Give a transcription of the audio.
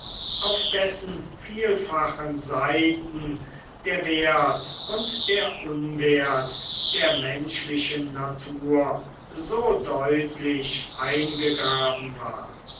auf dessen vielfachen seiten der wert und der unwert der menschlichen natur so deutlich eingegraben war